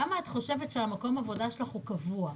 כמה את חושבת שמקום העבודה שלך קבוע?